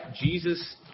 Jesus